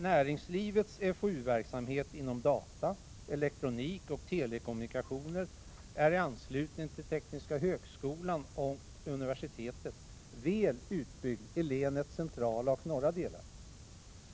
Näringslivets fou-verksamhet inom data, elektronik och telekommunikation är i anslutning till Tekniska högskolan och universitetet väl utbyggd i länets centråla och norra delar.